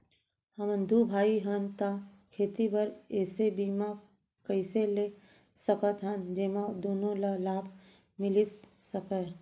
हमन दू भाई हन ता खेती बर ऐसे बीमा कइसे ले सकत हन जेमा दूनो ला लाभ मिलिस सकए?